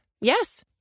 Yes